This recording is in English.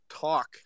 talk